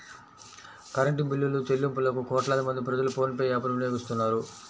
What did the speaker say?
current బిల్లులుచెల్లింపులకు కోట్లాది మంది ప్రజలు ఫోన్ పే యాప్ ను వినియోగిస్తున్నారు